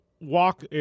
Walk